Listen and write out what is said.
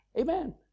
Amen